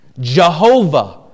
Jehovah